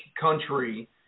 country